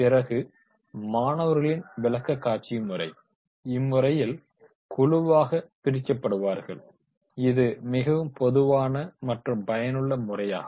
பிறகு மாணவர்களின் விளக்கக்காட்சி முறை இம்முறையில் குழுவாக பிரிக்கப்படுவார்கள் இது மிகவும் பொதுவான மற்றும் பயனுள்ள முறையாகும்